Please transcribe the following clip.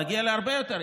נגיע להרבה יותר.